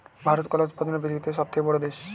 ভারত কলা উৎপাদনে পৃথিবীতে সবথেকে বড়ো দেশ